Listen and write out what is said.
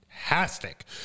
Fantastic